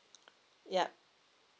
yup